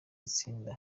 itsinda